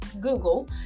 google